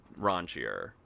raunchier